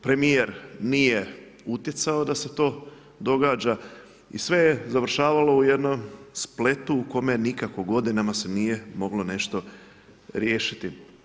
Premjer nije utjecao da se to događa i sve je završavalo u jednom spletu u kome nikako godinama se nije moglo nešto riješiti.